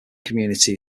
community